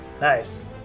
Nice